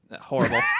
horrible